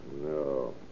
No